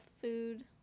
food